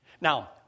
Now